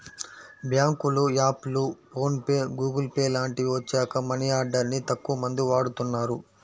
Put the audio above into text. బ్యేంకుల యాప్లు, PhonePe, Google Pay లాంటివి వచ్చాక మనీ ఆర్డర్ ని తక్కువమంది వాడుతున్నారు